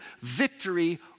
victory